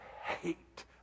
hate